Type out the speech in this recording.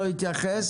לא התייחס,